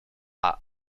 are